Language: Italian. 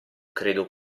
credo